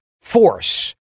force